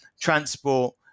transport